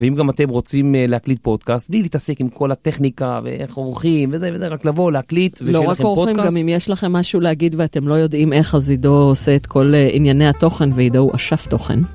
ואם גם אתם רוצים להקליט פודקאסט, בלי להתעסק עם כל הטכניקה ואיך אורחים וזה וזה, רק לבוא, להקליט, ושלחתם פודקאסט. לא רק אורחים, גם אם יש לכם משהו להגיד ואתם לא יודעים איך אז עידו עושה את כל ענייני התוכן ועידו אשף תוכן.